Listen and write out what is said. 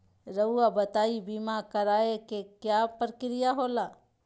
रहुआ बताइं बीमा कराए के क्या प्रक्रिया होला?